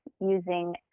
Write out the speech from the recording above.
using